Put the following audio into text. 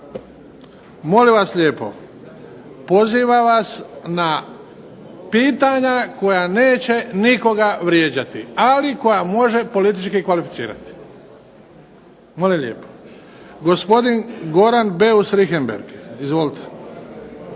Molim vas lijepo, pozivam vas na pitanja koja neće nikoga vrijeđati, ali koja može politički kvalificirati. Molim lijepo. Gospodin Goran Beus Richembergh. Izvolite.